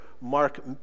Mark